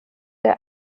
der